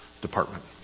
Department